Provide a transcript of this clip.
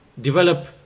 develop